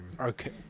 Okay